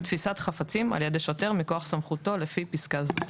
תפיסת חפצים על ידי שוטר מכוח סמכותו לפי פסקה זו,